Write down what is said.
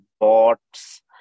bots